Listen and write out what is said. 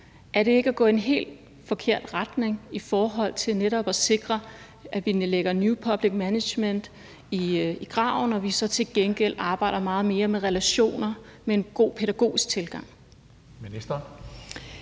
Er det ikke at gå i en helt forkert retning i forhold til netop at sikre, at vi lægger new public management i graven, og at vi så til gengæld arbejder meget mere med relationer med en god pædagogisk tilgang?